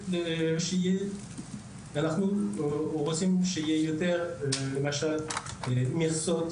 אנחנו רוצים יותר מכסות